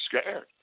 scared